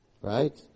Right